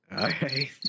Okay